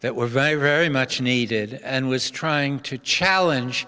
that were very very much needed and was trying to challenge